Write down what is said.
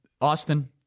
Austin